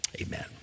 amen